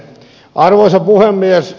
arvoisa puhemies